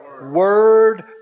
word